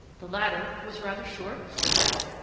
the latter was rather short, stout,